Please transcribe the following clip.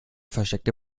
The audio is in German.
versteckte